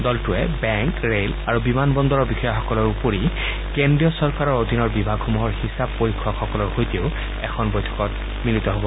দলটোৱে bank rail আৰু বিমান বন্দৰৰ বিষয়াসকলৰ উপৰিও সকলো কেন্দ্ৰীয় চৰকাৰৰ বিভাগসমূহৰ হিচাপ পৰীক্ষকসকলৰ সৈতেও এখন বৈঠকত মিলিত হ'ব